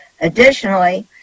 additionally